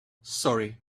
sorry